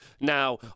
Now